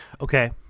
Okay